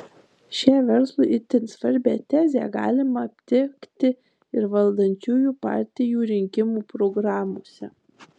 šią verslui itin svarbią tezę galima aptikti ir valdančiųjų partijų rinkimų programose